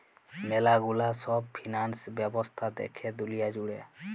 ম্যালা গুলা সব ফিন্যান্স ব্যবস্থা দ্যাখে দুলিয়া জুড়ে